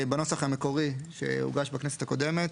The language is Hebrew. בנוסח המקורי שהוגש בכנסת הקודמת